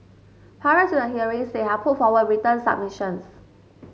prior to the hearings they had put forward written submissions